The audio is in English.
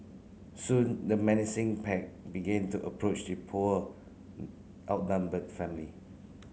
soon the menacing pack began to approach the poor outnumbered family